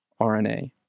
RNA